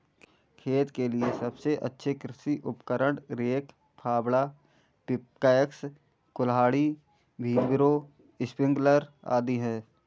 खेत के लिए सबसे अच्छे कृषि उपकरण, रेक, फावड़ा, पिकैक्स, कुल्हाड़ी, व्हीलब्रो, स्प्रिंकलर आदि है